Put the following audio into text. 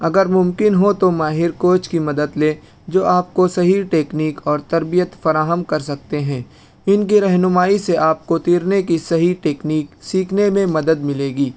اگر ممکن ہو تو ماہر کوچ کی مدد لیں جو آپ کو صحیح ٹیکنیک اور تربیت فراہم کر سکتے ہیں ان کی رہنمائی سے آپ کو تیرنے کی صحیح تیکنیک سیکھنے میں مدد ملے گی